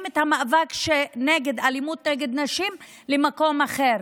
את המאבק באלימות נגד נשים למקום אחר.